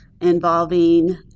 involving